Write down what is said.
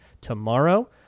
tomorrow